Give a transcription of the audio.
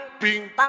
bing